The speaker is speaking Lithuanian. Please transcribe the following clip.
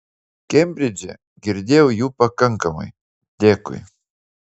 kembridže girdėjau jų pakankamai dėkui